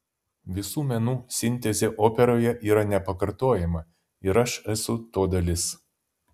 visų menų sintezė operoje yra nepakartojama ir aš esu to dalis